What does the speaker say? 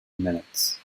minutes